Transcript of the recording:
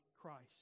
Christ